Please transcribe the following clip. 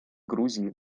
грузии